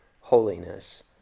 holiness